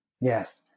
Yes